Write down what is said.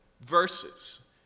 verses